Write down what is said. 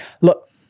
Look